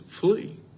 flee